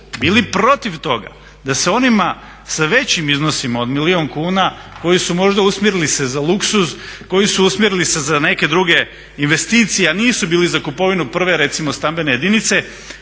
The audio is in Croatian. bili protiv toga da se onima s većim iznosima od milijun kuna koji su možda usmjerili se za luksuz, koji su usmjerili se za neke druge investicije a nisu bili za kupovinu prve recimo stambene jedinice